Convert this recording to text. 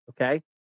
Okay